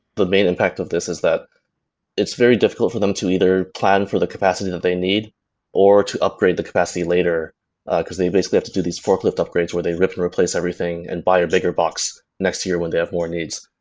the main impact of this is that it's very difficult for them to either plan for the capacity that they need or to upgrade the capacity later because they basically have to do these forklift upgrades where they rip and replace everything and buy a bigger box next year when they have more needs.